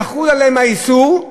יחול עליהם האיסור,